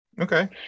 okay